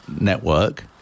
network